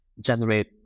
generate